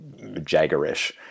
Jaggerish